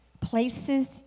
places